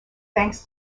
thanks